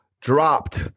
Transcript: dropped